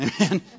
Amen